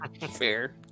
fair